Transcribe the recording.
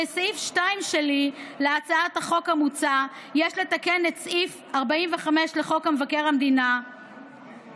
בסעיף 2 להצעת החוק יש לתקן את סעיף 45 לחוק מבקר המדינה ואת